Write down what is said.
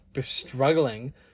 struggling